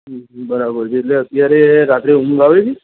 હં હં બરાબર છે એટલે અત્યારે રાત્રે ઉંઘ આવે છે